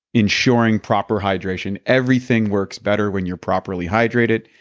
ensuring proper hydration. everything works better when you're properly hydrated.